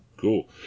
Cool